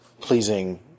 pleasing